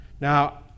Now